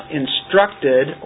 instructed